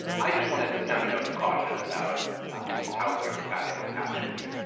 i just want to sound a note of caution about how bureaucratic, actually,